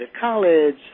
college